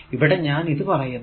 ഇവിടെ ഞാൻ ഇത് പറയുന്നു